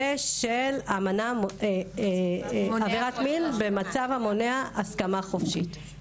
זה של עבירת מין ומצב המונע הסכמה חופשית.